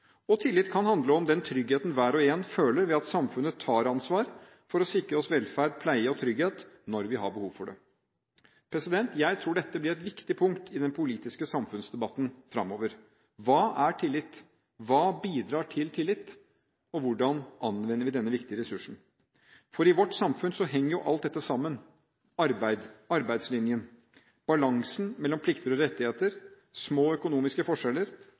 og tillit kan handle om den tryggheten hver og en føler ved at samfunnet tar ansvar for å sikre oss velferd, pleie og trygghet når vi har behov for det. Jeg tror dette blir et viktig punkt i den politiske samfunnsdebatten fremover. Hva er tillit, hva bidrar til tillit og hvordan anvender vi denne viktige ressursen? I vårt samfunn henger jo alt dette sammen – arbeid, arbeidslinjen, balansen mellom plikter og rettigheter, små økonomiske forskjeller,